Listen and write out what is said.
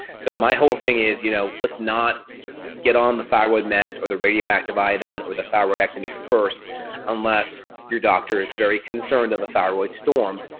so, my whole thing is, you know, let's not get on the thyroid meds or the radioactive iodine or the thyroidectomy first unless your doctor is very concerned of a thyroid storm,